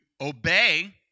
obey